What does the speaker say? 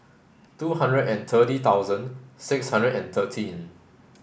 two hundred and thirty thousand six hundred and thirteen